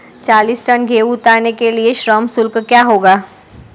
चालीस टन गेहूँ उतारने के लिए श्रम शुल्क क्या होगा?